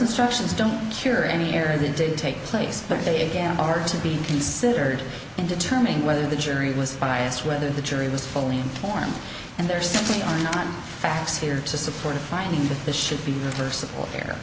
instructions don't cure any error that did take place but they again are to be considered in determining whether the jury was biased whether the jury was fully informed and there simply are not facts here to support a finding that this should be reversible er